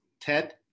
TED